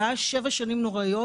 זה היה שבע שנים נוראיות,